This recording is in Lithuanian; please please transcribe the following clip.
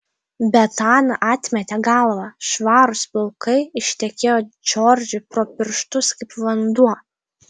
bet ana atmetė galvą švarūs plaukai ištekėjo džordžui pro pirštus kaip vanduo